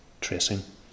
tracing